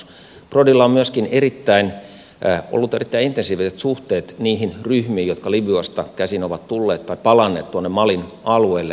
prodilla on myöskin ollut erittäin intensiiviset suhteet niihin ryhmiin jotka libyasta käsin ovat tulleet tai palanneet tuonne malin alueelle